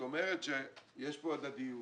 אומרת שיש כאן הדדיות.